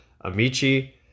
amici